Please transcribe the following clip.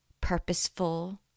purposeful